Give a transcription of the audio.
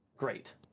Great